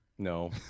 no